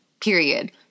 period